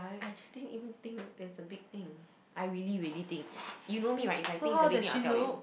I just think even think there's a big thing I really really think you know me right if I think it's a big thing I'll tell you